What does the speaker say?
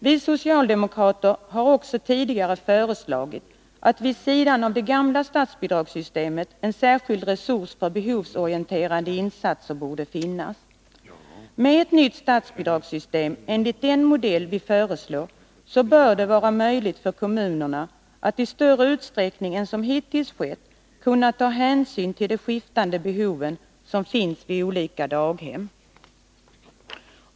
Vi socialdemokrater har också tidigare föreslagit att det skall finnas en särskild resurs för behovsorienterade insatser vid sidan av det gamla statsbidragssystemet. Med ett nytt statsbidragssystem enligt den modell vi föreslår bör kommunerna i större utsträckning än vad som hittills skett kunna ta hänsyn till de skiftande behov som finns vid olika daghem.